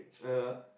yeah